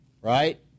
Right